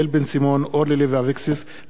אורלי לוי אבקסיס ואורי מקלב.